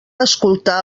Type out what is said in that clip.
escoltar